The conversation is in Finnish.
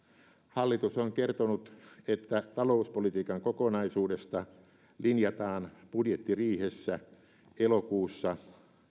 hallitus on kertonut että talouspolitiikan kokonaisuudesta linjataan budjettiriihessä elokuussa